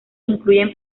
incluyen